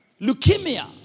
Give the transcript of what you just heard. leukemia